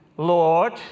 Lord